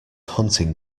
hunting